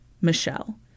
Michelle